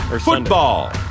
Football